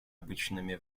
обычными